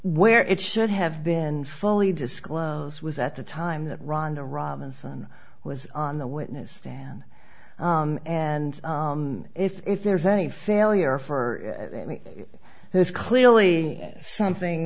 where it should have been fully disclosed was at the time that rhonda robinson was on the witness stand and if there's any failure for me there's clearly something